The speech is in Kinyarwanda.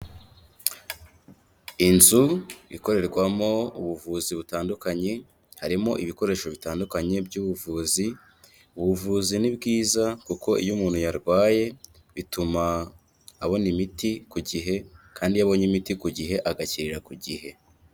Inzu ikorerwamo ubuvuzi butandukanye, harimo ibikoresho bitandukanye by'ubuvuzi, ubuvuzi ni bwiza kuko iyo umuntu yarwaye, bituma abona imiti ku gihe kandi iyo abonye imiti ku gihe agakirira ku gihe.